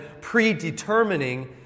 predetermining